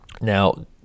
Now